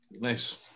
Nice